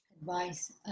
advice